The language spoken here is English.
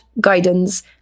guidance